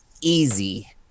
easy